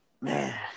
man